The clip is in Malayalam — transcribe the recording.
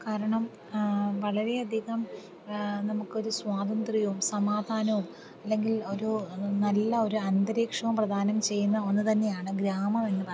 കാരണം വളരെ അധികം നമുക്കൊരു സ്വാതന്ത്ര്യവും സമാധാനവും അല്ലെങ്കിൽ ഒരു നല്ല ഒരു അന്തരീക്ഷവും പ്രധാനം ചെയ്യുന്ന ഒന്ന് തന്നെയാണ് ഗ്രാമമെന്ന് പറയുന്നത്